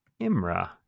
Imra